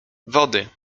wody